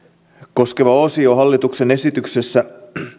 koskeva osio hallituksen esityksessä